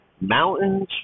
mountains